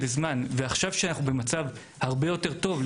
כשאנחנו במצב הרבה יותר טוב,